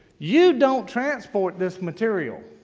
you don't transport this material.